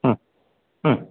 ಹ್ಞೂ ಹ್ಞೂ